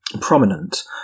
prominent